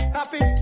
happy